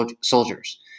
soldiers